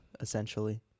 essentially